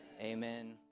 amen